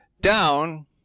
down